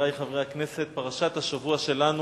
חברי חברי הכנסת, פרשת השבוע שלנו,